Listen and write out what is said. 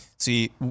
See